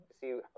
see